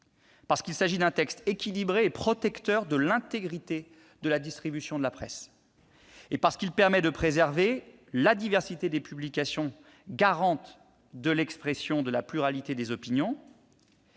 secteur. Il s'agit d'un texte équilibré et protecteur de l'intégrité de la distribution de la presse. Il permet ainsi de préserver la diversité des publications, garante de l'expression de la pluralité des opinions,